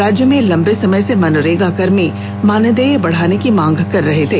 राज्य में लंबे समय से मनरेगा कर्मी मानदेय बढ़ाने की मांग कर रहे थे